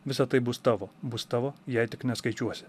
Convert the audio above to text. visa tai bus tavo bus tavo jei tik neskaičiuosi